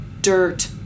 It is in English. dirt